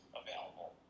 available